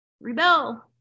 rebel